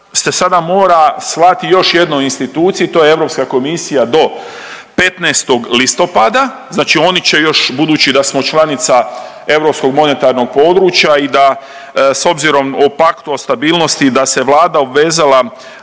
sada mora slati još jednoj instituciji to je Europska komisija do 15. listopada. Znači oni će još budući da smo članica Europskog monetarnog područja i da s obzirom o paktu o stabilnosti da se Vlada obvezala